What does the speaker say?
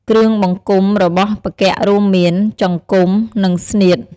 គ្រឿងបង្គុំរបស់ផ្គាក់រួមមាន ចង្គំ និងស្នៀត ។